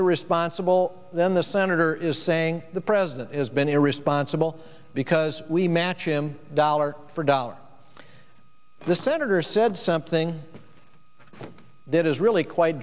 irresponsible then the senator is saying the president has been irresponsible because we match him dollar for dollar the senator said something that is really quite